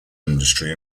industry